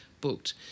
booked